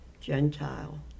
Gentile